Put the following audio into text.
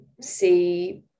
see